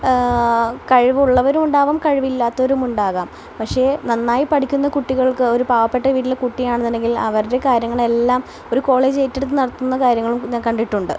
കഴിവുള്ളവരും ഉണ്ടാവാം കഴിവില്ലാത്തവരും ഉണ്ടാകാം പക്ഷെ നന്നായി പഠിക്കുന്ന കുട്ടികൾക്ക് ഒരു പാവപ്പെട്ട വീട്ടിലെ കുട്ടിയാണെന്നുണ്ടെങ്കിൽ അവരുടെ കാര്യങ്ങളെല്ലാം ഒരു കോളേജ് ഏറ്റെടുത്ത് നടത്തുന്ന കാര്യങ്ങളും ഞാൻ കണ്ടിട്ടുണ്ട്